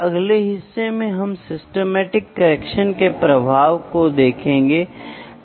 इसके साथ हम यह देखने की कोशिश करेंगे कि माप क्या है